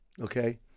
okay